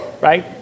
Right